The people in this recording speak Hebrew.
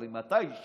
אבל אם את אישה,